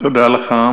תודה לך.